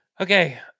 Okay